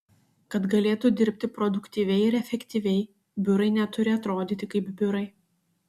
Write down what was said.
kad galėtų dirbti produktyviai ir efektyviai biurai neturi atrodyti kaip biurai